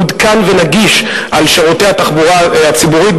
מעודכן ונגיש על שירותי התחבורה הציבורית,